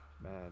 man